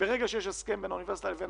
ברגע שיש הסכם בין האוניברסיטה לבין